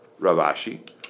Ravashi